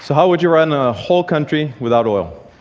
so how would you run a whole country without oil?